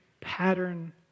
pattern